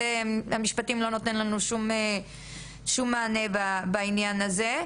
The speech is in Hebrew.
המשפטים לא נותן לנו שום מענה בעניין הזה.